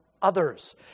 others